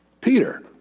Peter